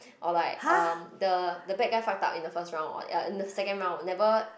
or like um the the bad guy fucked up in the first round or uh in the second round never